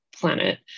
planet